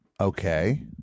Okay